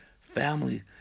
family